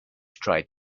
tried